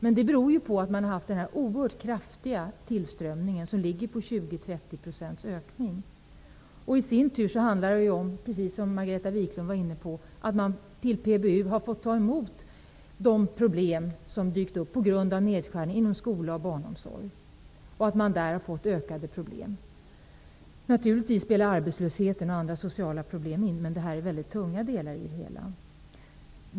Men det beror ju på den oerhört kraftiga tillströmning som varit -- det handlar om 20--30 % ökning. Det i sin tur gör, precis som Margareta Viklund var inne på, att man på PBU har fått ta hand om de problem som dykt upp på grund av nedskärningar inom skola och barnomsorg där problemen ökat. Naturligtvis spelar arbetslösheten och andra sociala problem in, men det som nämnts här är väldigt tunga delar i det hela.